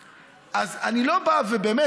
באמת,